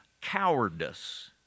cowardice